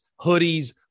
hoodies